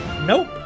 Nope